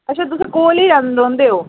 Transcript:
अच्छा तुस कोल ही रौंह्दे ओ